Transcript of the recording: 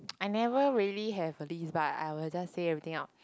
I never really have a list but I will just say everything out